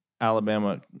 Alabama